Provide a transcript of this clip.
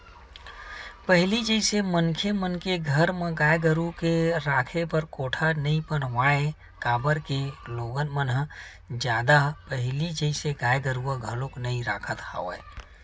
पहिली जइसे मनखे मन के घर म गाय गरु के राखे बर कोठा नइ बनावय काबर के लोगन मन ह जादा पहिली जइसे गाय गरुवा घलोक नइ रखत हवय